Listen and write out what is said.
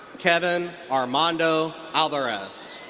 kevin armando alvarez.